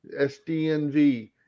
SDNV